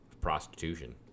prostitution